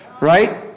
Right